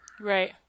Right